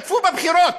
הדובר של ראש הממשלה,